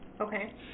Okay